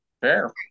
fair